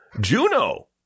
Juno